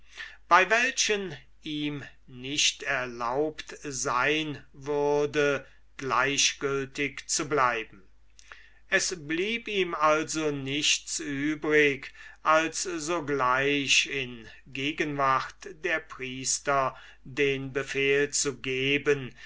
bei welchen ihm nicht erlaubt sein würde gleichgültig zu bleiben es war ihm also nichts übrig als sogleich in gegenwart der priester den befehl zu geben